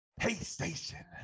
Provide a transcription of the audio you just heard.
Paystation